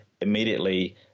immediately